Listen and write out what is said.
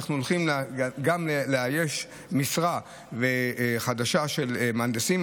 אנחנו הולכים גם לאייש משרה חדשה של מהנדסים.